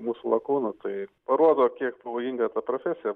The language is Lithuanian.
mūsų lakūnų tai parodo kiek pavojinga ta profesija